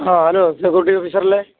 ആ hello security ഓഫീസറല്ലേ